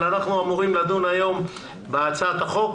אבל אנחנו אמורים לדון היום בהצעת החוק,